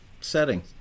setting